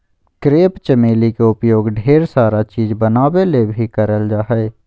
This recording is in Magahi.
क्रेप चमेली के उपयोग ढेर सारा चीज़ बनावे ले भी करल जा हय